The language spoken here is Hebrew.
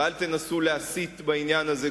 ואל תנסו להסית בעניין הזה,